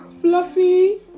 fluffy